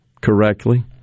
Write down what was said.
correctly